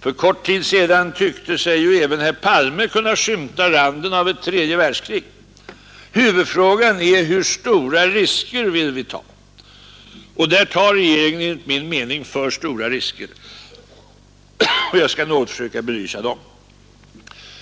För kort tid sedan tyckte sig ju även herr Palme kunna skymta randen av ett tredje världskrig. Huvudfrågan är hur stora risker vi vill ta, och där tar regeringen enligt min mening för stora risker. Jag skall försöka att något belysa dem.